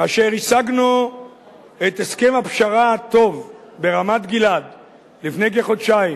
כאשר השגנו את הסכם הפשרה הטוב ברמת-גלעד לפני כחודשיים,